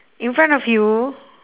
in front of you